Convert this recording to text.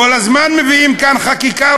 כל הזמן מביאים כאן חקיקה,